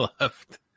left